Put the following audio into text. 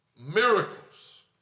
miracles